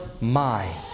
mind